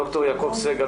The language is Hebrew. ד"ר יעקב סגל,